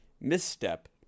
misstep